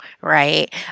right